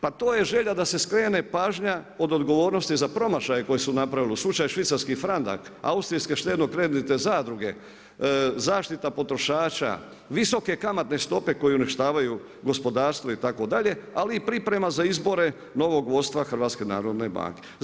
Pa to je želja da se skrene pažnja od odgovornosti za promašaje koje su napravili i slučaju švicarski franak, austrijske štedno-kreditne zadruge, zaštita potrošača, visoke kamatne stope koje uništavaju gospodarstvo itd., ali i priprema za izbore novog vodstva HNB-a.